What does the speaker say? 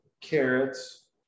carrots